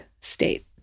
state